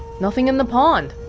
nothing in the pond